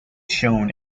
shown